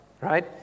Right